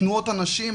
תנועות הנשים,